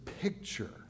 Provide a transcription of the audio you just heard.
picture